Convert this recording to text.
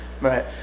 Right